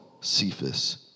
Cephas